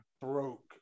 broke